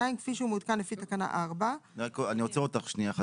כפי שהוא מעודכן לפי תקנה 4. אני עוצר אותך שנייה אחת,